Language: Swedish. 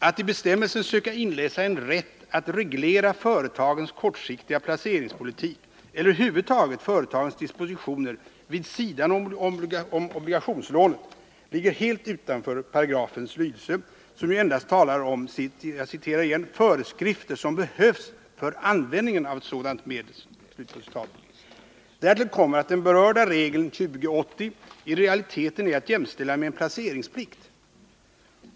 Att i bestämmelsen söka inläsa en rätt att reglera företagens kortsiktiga placeringspolitik eller över huvud taget företagens dispositioner vid sidan om obligationslånet ligger helt utanför paragrafens lydelse, som ju endast talar om ”föreskrifter som behövs för användningen av sådant medel”. Därtill kommer att den berörda regeln 20-80 i realiteten är att jämställa med en placeringsplikt.